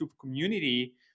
community